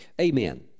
Amen